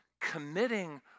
committing